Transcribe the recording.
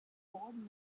board